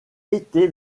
été